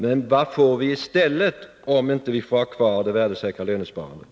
Men vad får vi i stället — om vi inte får ha kvar det värdesäkra lönesparandet?